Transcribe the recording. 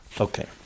Okay